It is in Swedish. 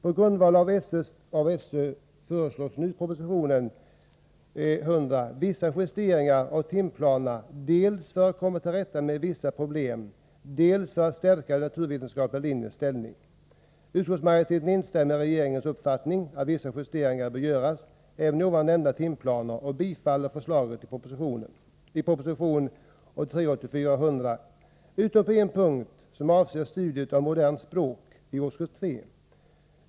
På grundval av SÖ:s förslag föreslås nu i proposition 100 vissa justeringar av timplanerna, dels för att komma till rätta med vissa problem, dels för att stärka den naturvetenskapliga linjens ställning. Utskottsmajoriteten instämmer i regeringens uppfattning att vissa justeringar bör göras även i nämnda timplaner och tillstyrker förslaget i proposition 1983/84:100 utom på en punkt, som avser studier av moderna språk i årskurs 3.